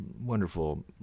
wonderful